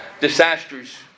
Disasters